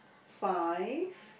five